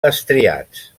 estriats